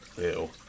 Ew